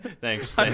thanks